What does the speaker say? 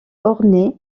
orné